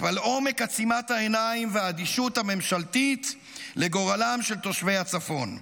על עומק עצימת העיניים והאדישות הממשלתית לגורלם של תושבי הצפון.